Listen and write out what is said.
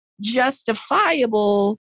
justifiable